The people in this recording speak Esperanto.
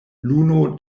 luno